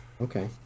Okay